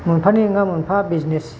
मोनफानि नङा मोनफा बिजनेस